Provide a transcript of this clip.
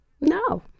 No